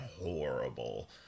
horrible